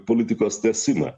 politikos tęsimą